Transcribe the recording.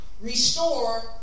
Restore